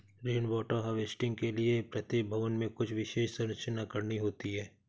rain water harvesting के लिए प्रत्येक भवन में कुछ विशेष संरचना करनी होती है